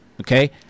okay